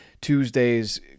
Tuesdays